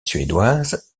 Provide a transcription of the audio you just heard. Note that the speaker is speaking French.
suédoise